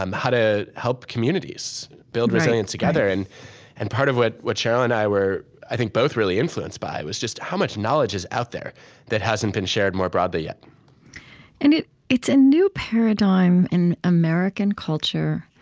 um how to help communities build resilience together. and and part of what what sheryl and i were, i think, both really influenced by was just how much knowledge is out there that hasn't been shared more broadly yet and it's a new paradigm in american culture.